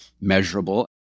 measurable